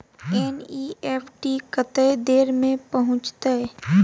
NEFT कत्ते देर में पहुंचतै?